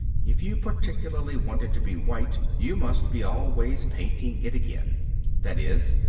if you particularly want it to be white you must be always painting it again that is,